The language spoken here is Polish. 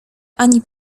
ani